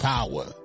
Power